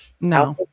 no